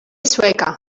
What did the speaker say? sueca